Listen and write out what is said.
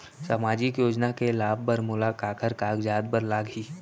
सामाजिक योजना के लाभ बर मोला काखर कागजात बर लागही?